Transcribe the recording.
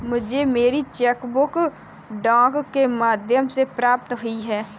मुझे मेरी cheque book डाक के माध्यम से प्राप्त हुई है